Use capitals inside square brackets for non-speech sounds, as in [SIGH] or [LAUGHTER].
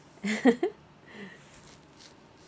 [LAUGHS]